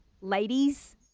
ladies